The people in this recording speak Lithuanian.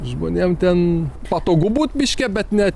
žmonėm ten patogu būt miške bet ne